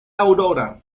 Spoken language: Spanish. aurora